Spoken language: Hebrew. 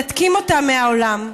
מנתקים אותה מהעולם.